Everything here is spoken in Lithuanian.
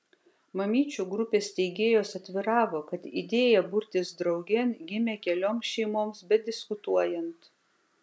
mamyčių grupės steigėjos atviravo kad idėja burtis draugėn gimė kelioms šeimoms bediskutuojant